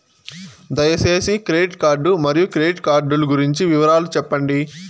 దయసేసి credit card మరియు credit card లు గురించి వివరాలు సెప్పండి?